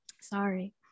sorry